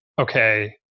okay